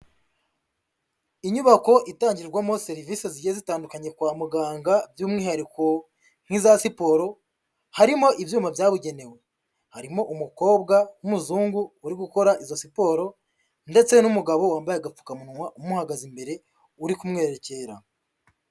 Inyubako itangirwamo serivisi zigiye zitandukanye kwa muganga by'umwihariko nk'iza siporo, harimo ibyuma byabugenewe. Harimo umukobwa w'umuzungu uri gukora izo siporo ndetse n'umugabo wambaye agapfukamunwa umuhagaze imbere uri kumwerekera.